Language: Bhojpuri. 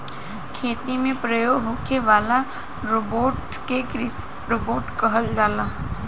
खेती में प्रयोग होखे वाला रोबोट के कृषि रोबोट कहल जाला